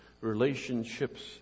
relationships